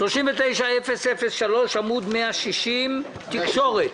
39-003, תקשורת,